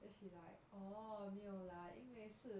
then she like orh 没有 lah 因为是